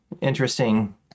interesting